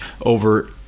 over